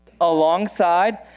alongside